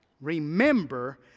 Remember